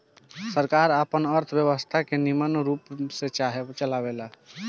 सरकार आपन अर्थव्यवस्था के निमन रूप से चलावेला